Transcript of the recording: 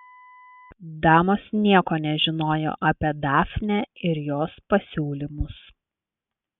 damos nieko nežinojo apie dafnę ir jos pasiūlymus